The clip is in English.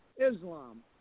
Islam